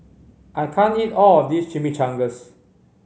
I can't eat all of this Chimichangas